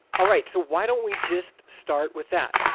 alright so why don't we just start with that.